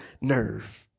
nerve